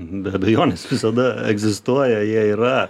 be abejonės visada egzistuoja jie yra